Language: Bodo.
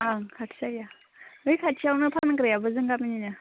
ओं खाथि जायो बै खाथियावनो फानग्रायाबो जोंनि गामिनिनो